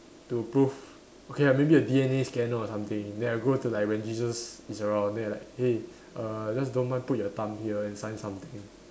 to prove okay ah maybe a D_N_A scanner or something then I go to like when Jesus is around then I like eh uh just don't mind put your thumb here and sign something